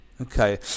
Okay